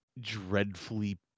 dreadfully